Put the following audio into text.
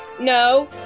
no